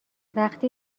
وقتی